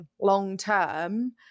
long-term